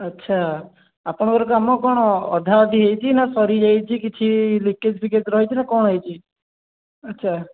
ଆଚ୍ଛା ଆପଣଙ୍କର କାମ କ'ଣ ଅଧାଅଧି ହେଇଛି ନା ସରି ଯାଇଛି କିଛି ଲିକେଜ୍ ଫିକେଜ୍ ରହିଛି ନା କ'ଣ ହେଇଛି ଆଚ୍ଛା